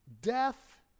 Death